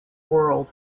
world